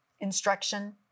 instruction